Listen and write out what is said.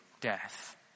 death